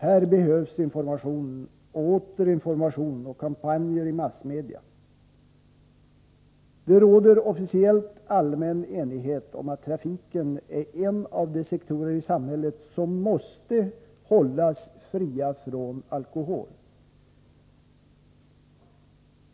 Här behövs information och åter information och kampanjer i massmedia. Det råder officiellt allmän enighet om att trafiken är en av de sektorer i samhället som måste hållas fri från alkohol.